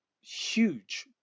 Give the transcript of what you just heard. huge